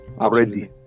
Already